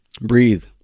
Breathe